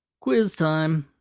quiz time!